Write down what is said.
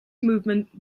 movement